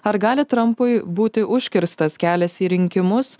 ar gali trampui būti užkirstas kelias į rinkimus